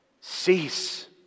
cease